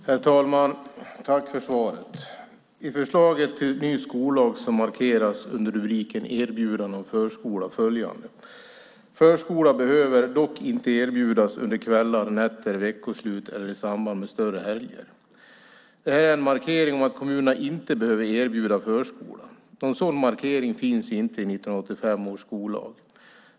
Herr talman! Tack för svaret! I förslaget till ny skollag markeras under rubriken "Erbjudande av förskola" följande: Förskola behöver dock inte erbjudas under kvällar, nätter, veckoslut eller i samband med större helger. Det här är en markering om att kommunerna inte behöver erbjuda förskola. Någon sådan markering finns inte i 1985 års skollag.